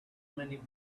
many